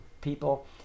people